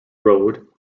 road